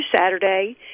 Saturday